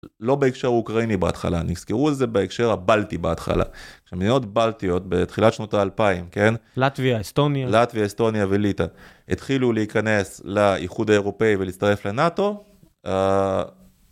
לא בהקשר אוקראיני בהתחלה. נזכרו את זה בהקשר הבלטי בהתחלה. מדינות בלטיות בתחילת שנות האלפיים, כן? לטביה, אסטוניה וליטה התחילו להיכנס לאיחוד האירופאי ולהצטרף לנאטו.